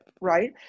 right